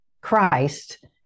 Christ